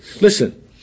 Listen